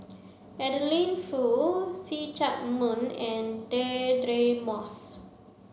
Adeline Foo See Chak Mun and Deirdre Moss